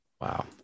Wow